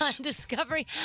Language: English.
Discovery